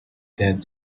that